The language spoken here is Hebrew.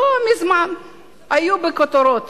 לא מזמן היה בכותרות